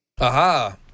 Aha